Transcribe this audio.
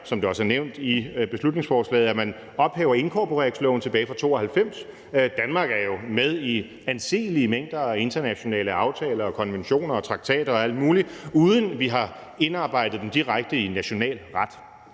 som det også er nævnt i beslutningsforslaget, at man ophæver inkorporeringsloven tilbage fra 1992. Danmark er jo med i anselige mængder af internationale aftaler og konventioner og traktater og alt muligt, uden vi har indarbejdet dem direkte i en national ret.